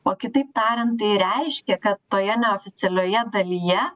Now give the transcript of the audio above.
o kitaip tariant tai reiškia kad toje neoficialioje dalyje